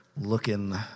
looking